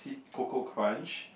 CocoCrunch